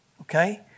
Okay